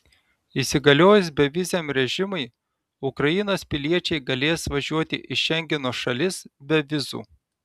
įsigaliojus beviziam režimui ukrainos piliečiai galės važiuoti į šengeno šalis be vizų